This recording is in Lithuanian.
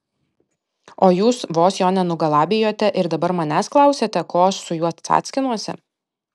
o jūs vos jo nenugalabijote ir dabar manęs klausiate ko aš su juo cackinuosi